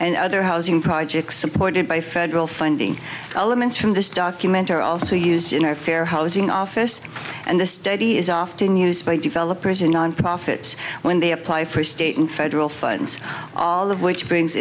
and other housing projects supported by federal funding elements from this document are also used in our fair housing office and the study is often used by developers in non profits when they apply for state and federal funds all of which brings